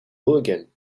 hooligan